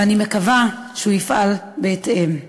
ואני מקווה שהוא יפעל בהתאם.